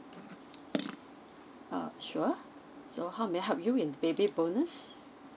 uh sure so how may I help you in baby bonus